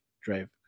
drive